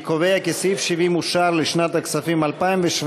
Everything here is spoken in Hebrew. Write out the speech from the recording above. אני קובע כי סעיף 70 אושר לשנת הכספים 2017,